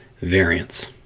variants